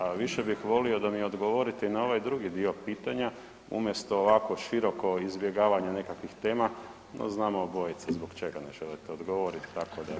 A više bih volio da mi odgovorite i na ovaj drugi dio pitanja umjesto ovako široko izbjegavanja nekakvih tema, a znamo obojica zbog čega ne želite odgovoriti, tako da